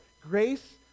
Grace